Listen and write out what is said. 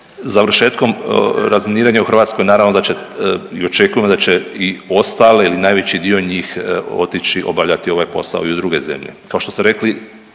Završetkom razminiranja u Hrvatskoj naravno da će i očekujemo da će i ostale ili najveći dio njih otići obavljati ovaj posao i u druge zemlje, kao što ste rekli